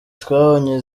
twabonye